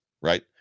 right